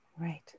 right